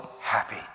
happy